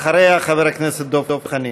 אחריה, חבר הכנסת דב חנין.